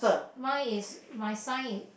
mine is my side